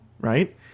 Right